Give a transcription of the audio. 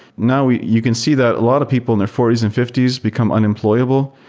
now you you can see that a lot of people in their forty s and fifty s become unemployable.